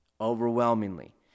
overwhelmingly